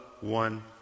one